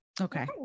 okay